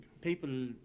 people